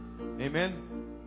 amen